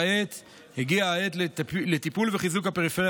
כעת הגיעה העת לטיפול וחיזוק הפריפריה